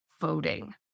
voting